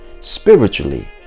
spiritually